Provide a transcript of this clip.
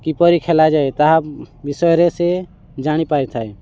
କିପରି ଖେଳାଯାଏ ତାହା ବିଷୟରେ ସିଏ ଜାଣିପାରିଥାଏ